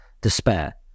despair